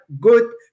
good